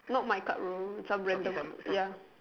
not my club though some random club ya